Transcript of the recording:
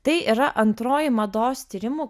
tai yra antroji mados tyrimų